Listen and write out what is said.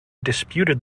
disputed